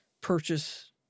purchase